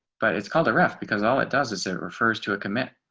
but it's called a rough because all it does is it refers to a commit